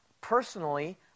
personally